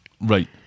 Right